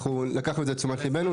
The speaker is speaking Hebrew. אנחנו לקחנו את זה לתשומת ליבנו,